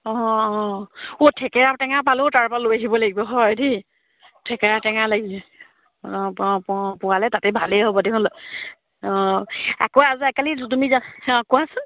অঁ অঁ অঁ ঠেকেৰা টেঙা পালেও তাৰপৰা লৈ আহিব লাগিব হয় দেই ঠেকেৰা টেঙা লাগি অঁ প প পোৱালে তাতে ভালেই হ'ব অঁ আকৌ তুমি যা অঁ কোৱাচোন